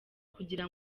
kugira